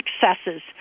successes